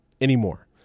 anymore